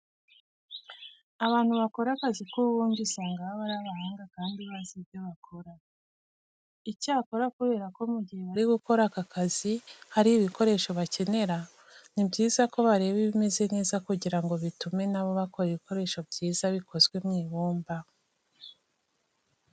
Abantu bakora akazi k'ububumbyi usanga baba ari abahanga kandi bazi ibyo bakora. Icyakora kubera ko mu gihe bari gukora aka kazi hari ibikoresho bakenera, ni byiza ko bareba ibimeze neza kugira ngo bitume na bo bakora ibikoresho byiza bikozwe mu ibumba.